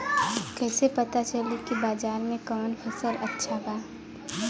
कैसे पता चली की बाजार में कवन फसल अच्छा बा?